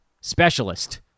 Specialist